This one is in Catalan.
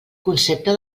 concepte